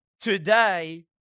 today